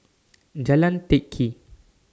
Jalan Teck Kee